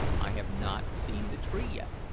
i have not seen the tree yet,